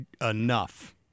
enough